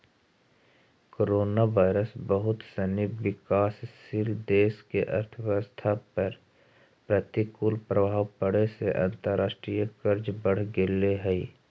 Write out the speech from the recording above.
coronavirus बहुत सनी विकासशील देश के अर्थव्यवस्था पर प्रतिकूल प्रभाव पड़े से अंतर्राष्ट्रीय कर्ज बढ़ गेले हई